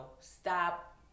stop